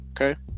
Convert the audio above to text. okay